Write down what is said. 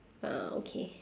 ah okay